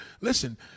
Listen